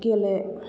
गेले